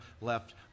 left